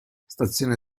stazione